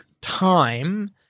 time